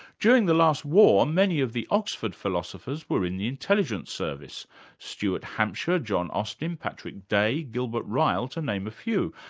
during the last war, many of the oxford philosophers were in the intelligence services stuart hampshire, john austin, patrick day, gilbert ryle, to name a few.